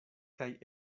kaj